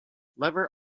lever